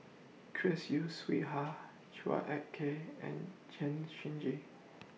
Chris Yeo Siew Hua Chua Ek Kay and Chen Shiji